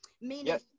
Meaning